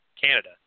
Canada